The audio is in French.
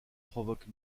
provoque